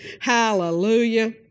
Hallelujah